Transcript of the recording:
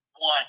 One